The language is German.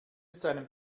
seinem